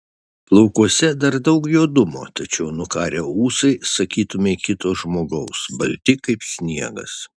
plaukuose dar daug juodumo tačiau nukarę ūsai sakytumei kito žmogaus balti kaip sniegas